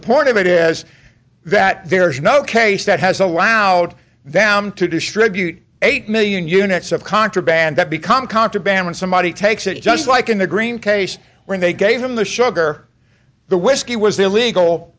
the point of it is that there's no case that has allowed them to distribute eight million units of contraband that become contraband when somebody takes it just like in the green case when they gave them the sugar the whiskey was illegal